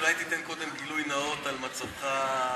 אני מציע שאולי תיתן קודם גילוי נאות על מצבך המשפחתי,